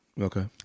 okay